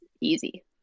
easy